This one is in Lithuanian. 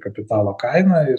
kapitalo kainą ir